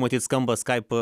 matyt skamba skype